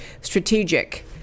strategic